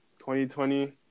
2020